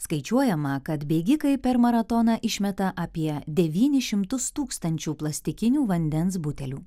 skaičiuojama kad bėgikai per maratoną išmeta apie devynis šimtus tūkstančių plastikinių vandens butelių